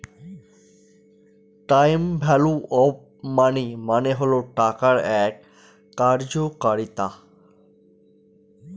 time value of money মানে হল টাকার এক কার্যকারিতা